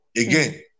again